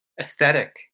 aesthetic